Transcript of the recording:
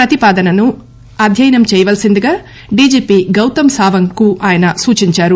ప్రతిపాదనను అధ్యయనం చేయవలసిందిగా డిజిపి గౌత్ సావంగ్కు ఆయన సూచించారు